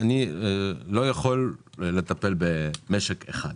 אני לא יכול לטפל במשק אחד,